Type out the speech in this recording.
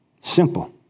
Simple